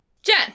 Jen